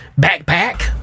backpack